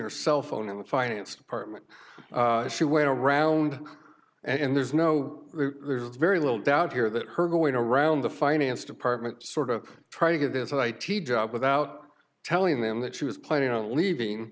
her cell phone in the finance department she went around and there's no there's very little doubt here that her going around the finance department sort of try to get this i t job without telling them that she was planning on leaving